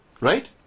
Right